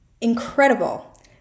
incredible